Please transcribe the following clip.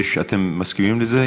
אתם מסכימים לזה?